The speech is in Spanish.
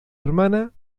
hermana